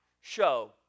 show